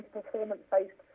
performance-based